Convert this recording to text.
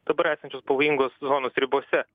dabar esančios pavojingos zonos ribose